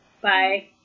Bye